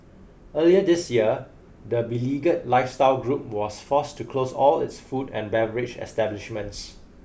earlier this year the beleaguer lifestyle group was forced to close all its food and beverage establishments